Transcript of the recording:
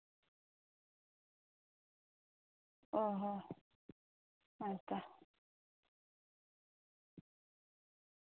ᱚᱸᱻ ᱦᱚᱸ ᱦᱮᱸᱛᱚ